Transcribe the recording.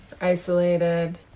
isolated